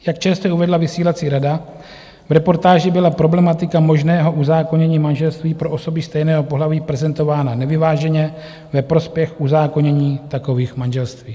Jak čerstvě uvedla vysílací rada, v reportáži byla problematika možného uzákonění manželství pro osoby stejného pohlaví prezentována nevyváženě ve prospěch uzákonění takových manželství.